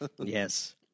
Yes